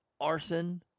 arson